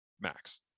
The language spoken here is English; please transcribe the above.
max